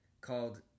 called